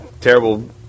terrible